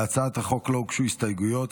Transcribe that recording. להצעת החוק לא הוגשו הסתייגויות,